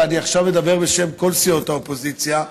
ועכשיו אני מדבר בשם כל סיעות האופוזיציה,